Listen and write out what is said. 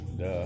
Duh